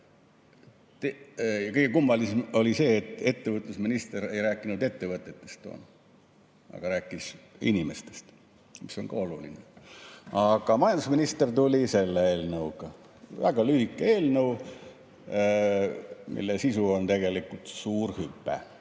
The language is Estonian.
Kõige kummalisem oli see, et ettevõtlusminister ei rääkinud ettevõtetest, aga rääkis inimestest, mis on ka oluline. Aga majandusminister tuli selle eelnõuga. Väga lühike eelnõu, mille sisu on tegelikult suur hüpe.